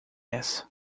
essa